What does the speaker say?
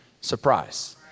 surprise